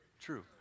true